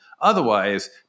otherwise